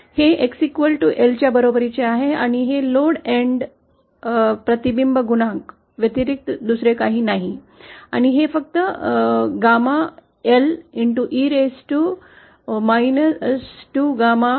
हे X L च्या बरोबरी आहे आणि हे लोड End प्रतिबिंब गुणांक व्यतिरिक्त काही नाही आणि हे फक्त gamma L e raised to आहे